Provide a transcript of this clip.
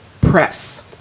press